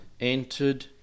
entered